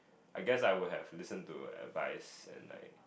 I guess I would have listen to advice and like